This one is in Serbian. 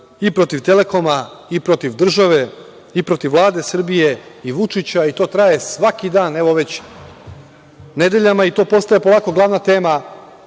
i protiv „Telekoma“, protiv države, protiv Vlade Srbije, Vučića i to traje svaki dan, evo već nedeljama i to postaje polako glavna tema